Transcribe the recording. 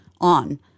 on